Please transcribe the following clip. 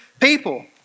people